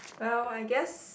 well I guess